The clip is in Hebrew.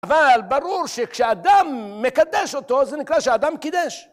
אבל ברור שכשאדם מקדש אותו, זה נקרא שאדם קידש.